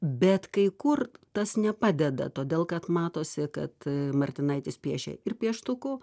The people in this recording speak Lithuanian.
bet kai kur tas nepadeda todėl kad matosi kad martinaitis piešė ir pieštuku